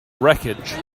wreckage